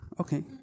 Okay